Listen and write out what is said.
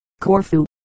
Corfu